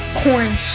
corn